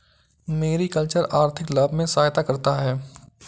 mariculture आर्थिक लाभ में सहायता करता है